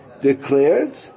declared